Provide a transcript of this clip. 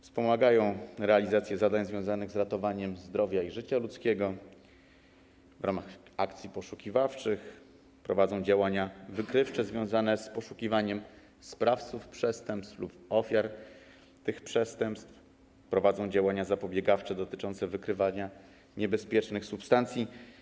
Wspomagają realizację zadań związanych z ratowaniem zdrowia i życia ludzkiego w ramach akcji poszukiwawczych, prowadzą działania wykrywcze związane z poszukiwaniem sprawców przestępstw lub ofiar tych przestępstw, prowadzą działania zapobiegawcze dotyczące wykrywania niebezpiecznych substancji.